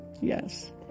Yes